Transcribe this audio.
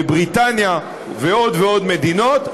בבריטניה ועוד ועוד מדינות,